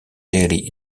daily